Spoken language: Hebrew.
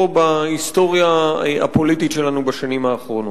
בהיסטוריה הפוליטית שלנו בשנים האחרונות.